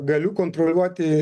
galiu kontroliuoti